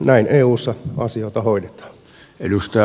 näin eussa asioita hoidetaan